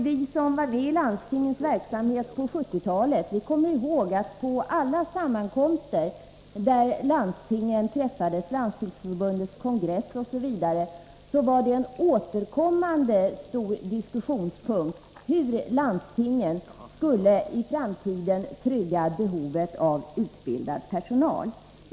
Vi som var med i landstingens verksamhet på 1970-talet kommer ihåg att på alla sammankomster där landstingen träffades — Landstingsförbundets kongress osv. — var det en återkommande, viktig diskussionspunkt, hur landstingen i framtiden skulle trygga behovet av utbildad personal.